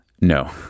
No